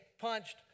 punched